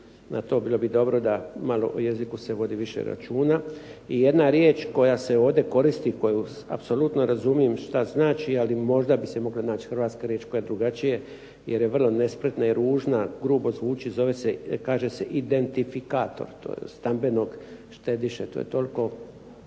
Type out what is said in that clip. na to bilo bi dobro da malo o jeziku se vodi više računa. I jedna riječ koja se ovdje koristi, koju apsolutno razumijem šta znači, ali možda bi se mogla naći hrvatska riječ koja drugačije, jer je vrlo nespretna i ružna, grubo zvuči, zove se, kaže se identifikator stambenog štediše. To je toliko